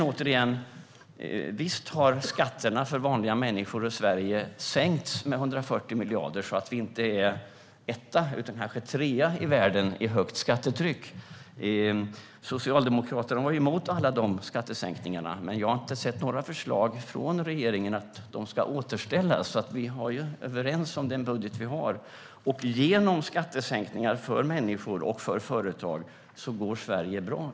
Återigen: Visst har skatterna för vanliga människor i Sverige sänkts med 140 miljarder så att vi inte är etta utan kanske trea i världen i högt skattetryck. Socialdemokraterna var emot alla de skattesänkningarna. Men jag har inte sett några förslag från regeringen om att de ska återställas. Vi var överens om den budget vi har. Genom skattesänkningar för människor och företag går Sverige bra.